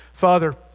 Father